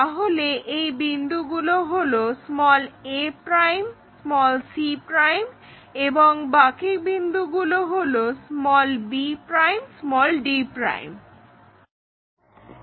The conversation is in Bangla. তাহলে এই বিন্দুগুলো হলো a c এবং বাকি বিন্দুগুলো হলো b d